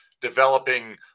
developing